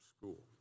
school